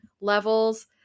levels